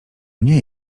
nie